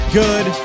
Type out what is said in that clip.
good